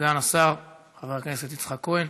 סגן השר חבר הכנסת יצחק כהן.